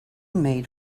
made